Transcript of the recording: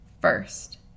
first